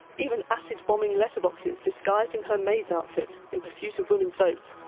even acid bombing letterboxes disguised in her maid's outfit in pursuit of women's votes.